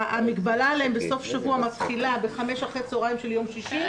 המגבלה עליהן בסוף שבוע מתחילה ב-17:00 אחרי צוהריים של יום שישי,